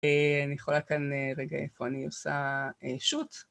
אני יכולה כאן, רגע, איפה אני עושה שוט.